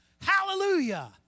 Hallelujah